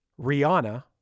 Rihanna